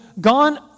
gone